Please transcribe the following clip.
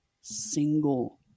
single